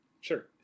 Sure